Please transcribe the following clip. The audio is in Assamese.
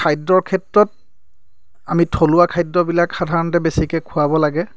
খাদ্যৰ ক্ষেত্ৰত আমি থলুৱা খাদ্যবিলাক সাধাৰণতে বেছিকৈ খুৱাব লাগে